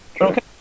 Okay